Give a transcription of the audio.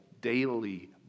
daily